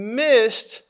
missed